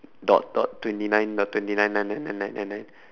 dot dot twenty nine dot twenty nine nine nine nine nine nine nine